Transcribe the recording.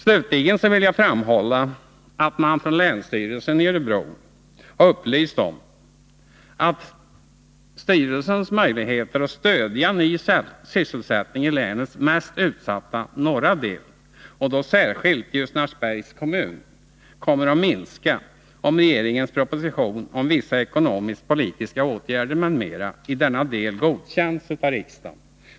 Slutligen vill jag framhålla att länsstyrelsen i Örebro har upplyst om att styrelsens möjligheter att stödja ny sysselsättning i länets mest utsatta norra del, särskilt Ljusnarsbergs kommun, kommer att minska, om propositionen om vissa ekonomisk-politiska åtgärder m.m. i denna del godkänns av riksdagen.